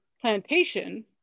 plantation